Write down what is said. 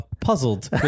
puzzled